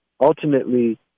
ultimately